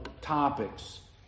topics